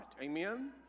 amen